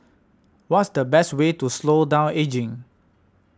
what's the best way to slow down ageing